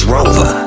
Rover